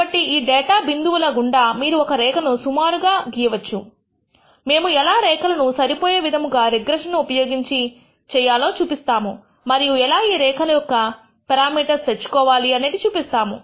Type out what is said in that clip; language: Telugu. కాబట్టి ఈ డేటా బిందువుల గుండా మీరు ఒక రేఖను సుమారుగా చు గీయవచ్చు మేము ఎలా ఈ రేఖలను సరిపోయే విధముగా రిగ్రెషన్ ను ఉపయోగించి ఎలా చేయాలో చూపిస్తాము మరియు ఎలా ఈ రేఖ యొక్క ఎలా పెరామీటర్స్ ఎలా తెచ్చుకోవాలి అనేది ఇక్కడ చూపిస్తాము